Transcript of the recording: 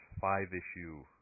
five-issue